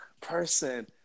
person